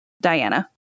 Diana